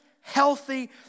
healthy